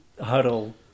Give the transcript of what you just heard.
huddle